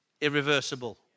Irreversible